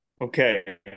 Okay